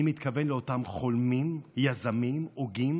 אני מתכוון לאותם חולמים, יזמים, הוגים